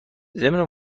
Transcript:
ضمن